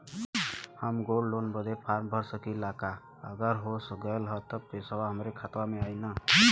हम gold loan बड़े form भर सकी ला का अगर हो गैल त पेसवा हमरे खतवा में आई ना?